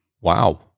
Wow